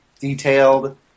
detailed